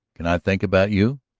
can i think about you?